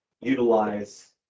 utilize